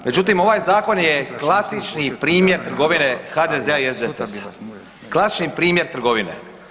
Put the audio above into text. Međutim, ovaj zakon je klasični primjer trgovine HDZ-a i SDSS-a, klasični primjer trgovine.